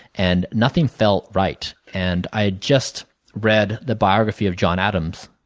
and nothing felt right. and i had just read the biography of john adams,